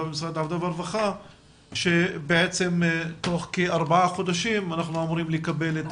במשרד העבודה והרווחה שבעצם תוך כארבעה שבועות אנחנו אמורים לקבל את